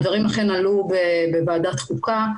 אכן הדברים עלו בוועדת החוקה.